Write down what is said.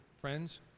friends